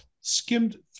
Skimmed